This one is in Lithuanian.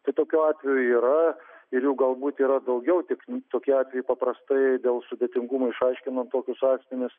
tai tokių atvejų yra ir jų galbūt yra daugiau tik tokie atvejai paprastai dėl sudėtingumo išaiškinant tokius asmenis